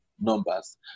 numbers